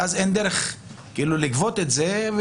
ואז אין דרך לגבות את זה.